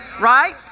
right